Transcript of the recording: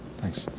Thanks